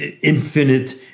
infinite